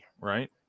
right